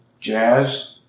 jazz